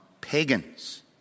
pagans